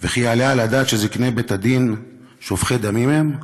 וכי יעלה על הדעת שזקני בית-הדין שופכי דמים הם?